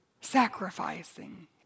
Sacrificing